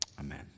Amen